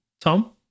tom